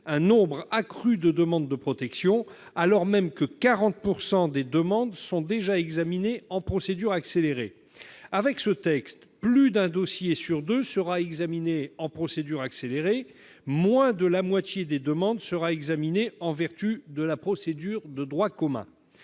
un nombre accru de demandes de protection, alors même que 40 % des demandes sont déjà examinées en procédure accélérée. Avec ce texte, plus d'un dossier sur deux sera examiné en procédure accélérée ; moins de la moitié des demandes sera examinée en vertu de la procédure de droit commun.